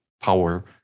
power